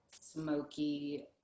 smoky